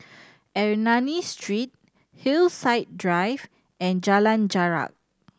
Ernani Street Hillside Drive and Jalan Jarak